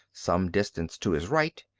some distance to his right,